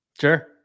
Sure